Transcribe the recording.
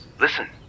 Listen